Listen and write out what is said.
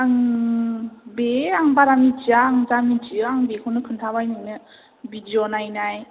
बे आं बारा मिन्थिया आं जा मिन्थियो आं बेखौनो खोन्थाबाय नोंनो भिडिय' नायनाय